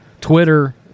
Twitter